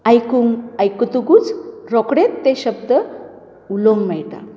आयकूंक आयकतकूच रोंखडेंच ते शब्द उलोवंक मेळटात